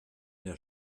der